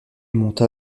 monte